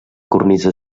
cornisa